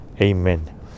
Amen